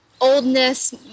oldness